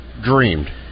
dreamed